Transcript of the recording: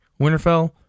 Winterfell